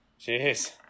Jeez